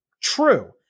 True